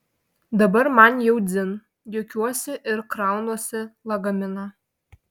dabar man jau dzin juokiuosi ir kraunuosi lagaminą